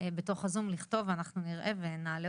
בסופו של יום אנחנו רוצות לעזור